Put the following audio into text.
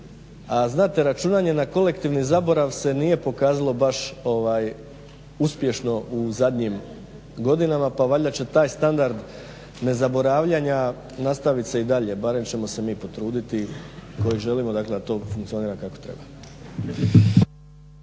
a znate računanje na kolektivni zaborav se nije pokazalo baš uspješno u zadnjim godinama, pa valjda će taj standard ne zaboravljanja nastavit se i dalje, barem ćemo se mi potruditi koji želimo, dakle da to funkcionira kako treba.